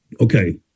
okay